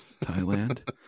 Thailand